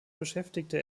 beschäftigte